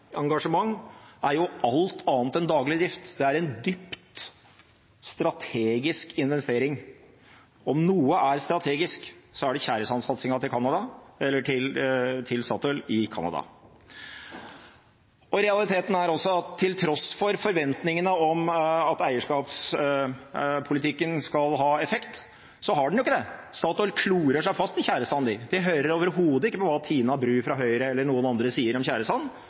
så realiteten? Jo, for det første: Statoils tjæresandengasjement er alt annet enn daglig drift; det er en dypt strategisk investering – om noe er strategisk, er det tjæresandsatsingen til Statoil i Canada. Realiteten er også at til tross for forventningene om at eierskapspolitikken skal ha effekt, har den jo ikke det. Statoil klorer seg fast i tjæresand, de. De hører overhodet ikke på hva Tina Bru fra Høyre eller noen andre sier om